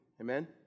Amen